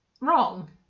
wrong